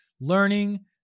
Learning